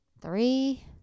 three